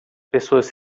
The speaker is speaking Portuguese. pessoas